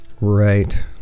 Right